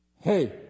Hey